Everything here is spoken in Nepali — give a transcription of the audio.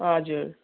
हजुर